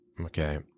Okay